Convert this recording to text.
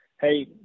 hey